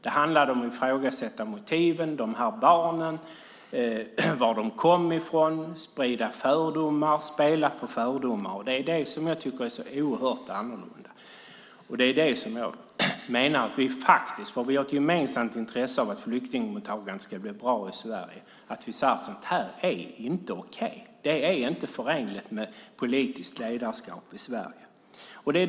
Det handlade om att ifrågasätta motiven, barnen och var de kom ifrån. Man spred fördomar och spelade på fördomar. Det är det som jag tycker är så annorlunda. Vi har ett gemensamt intresse av att flyktingmottagandet ska bli bra i Sverige. Därför är det viktigt att vi säger att sådant här inte är okej. Det är inte förenligt med politiskt ledarskap i Sverige.